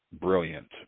brilliant